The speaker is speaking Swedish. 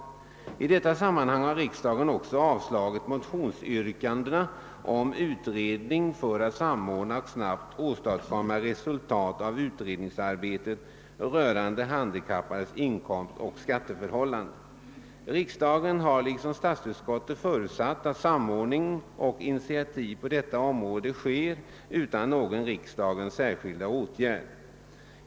| I detta sammanhang har riksdagen också avslagit:motionsyrkandena om utredning för att samordna och snabbt åstadkomma resultat av utredningsarbetet rörande handikappades inkomstoch skatteförhållanden. Riksdagen har liksom statsutskottet förutsatt att samordning och initiativ på detta område sker utan någon riksdagens särskilda åtgärd.